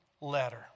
letter